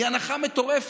היא הנחה מטורפת.